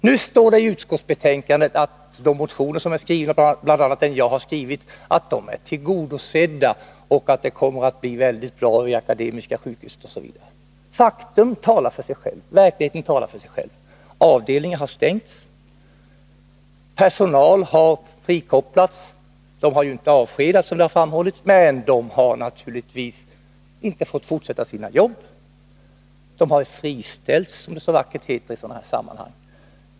Nu står det i utskottsbetänkandet att de motioner som är skrivna — bl.a. den som jag har skrivit — är tillgodosedda och att det kommer att bli väldigt bra vid Akademiska sjukhuset. Men verkligheten talar för sig själv: avdelningen har stängts, personal har frikopplats — inte avskedats, har det framhållits, men naturligtvis inte fått fortsätta sina jobb, utan friställts, som det så vackert heter i sådana sammanhang.